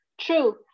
True